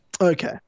Okay